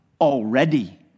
already